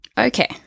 Okay